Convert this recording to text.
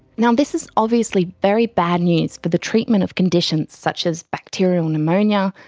now, this is obviously very bad news for the treatment of conditions such as bacterial pneumonia,